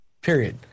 period